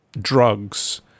drugs